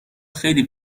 خیلی